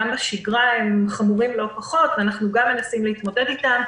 גם בשגרה הם חמורים לא פחות ואנחנו גם מנסים להתמודד איתם,